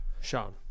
Sean